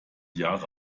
jahre